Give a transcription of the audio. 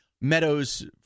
Meadows